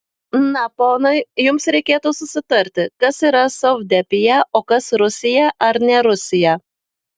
na ponai jums reikėtų susitarti kas yra sovdepija o kas rusija ar ne rusija